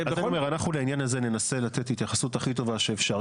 אנחנו לעניין הזה ננסה לתת התייחסות הכי טובה שאפשר.